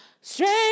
strange